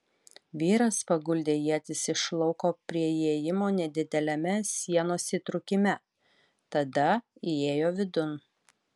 vyras paguldė ietis iš lauko prie įėjimo nedideliame sienos įtrūkime tada įėjo vidun